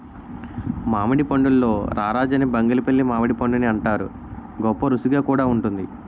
మామిడి పండుల్లో రారాజు అని బంగినిపల్లి మామిడిపండుని అంతారు, గొప్పరుసిగా కూడా వుంటుంది